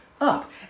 up